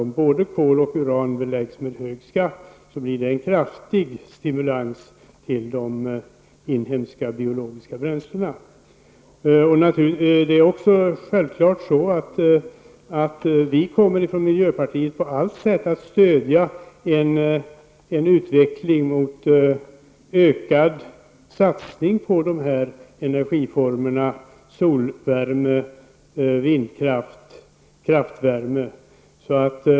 Om både kol och uran beläggs med hög skatt blir det en kraftig stimulans till användning av de inhemska biologiska bränslena. Miljöpartiet kommer självfallet att på allt sätt stödja en utveckling mot ökad satsning på dessa energiformer, dvs. solvärme, vindkraft och kraftvärme.